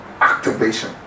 activation